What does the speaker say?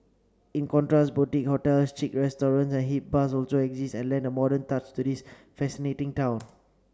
in contrast boutique hotels chic restaurants and hip bars also exist and lend a modern touch to this fascinating town